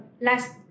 Last